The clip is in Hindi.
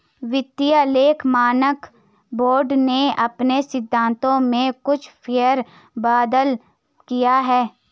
वित्तीय लेखा मानक बोर्ड ने अपने सिद्धांतों में कुछ फेर बदल किया है